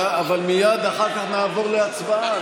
אבל מייד אחר כך נעבור להצבעה.